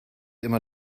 immer